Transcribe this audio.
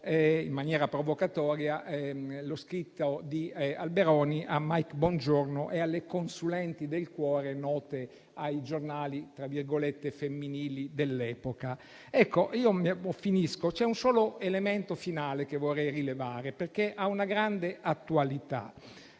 in maniera provocatoria - lo scritto di Alberoni a Mike Bongiorno e alle consulenti del cuore note ai giornali "femminili" dell'epoca. In conclusione, c'è un elemento che vorrei rilevare, perché ha una grande attualità.